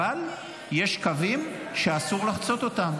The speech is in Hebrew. אבל יש קווים שאסור לחצות אותם,